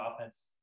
offense